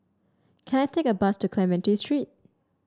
can I take a bus to Clementi Street